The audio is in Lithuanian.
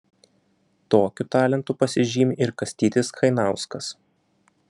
tokiu talentu pasižymi ir kastytis chainauskas